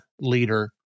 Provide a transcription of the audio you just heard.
leader